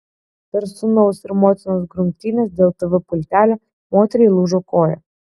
per sūnaus ir motinos grumtynes dėl tv pultelio moteriai lūžo koja